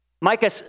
Micah